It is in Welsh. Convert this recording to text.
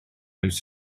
oes